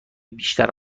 بیشتر